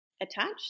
attached